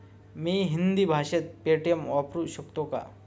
मी हिंदी भाषेत पेटीएम वापरू शकतो का?